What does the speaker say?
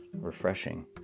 refreshing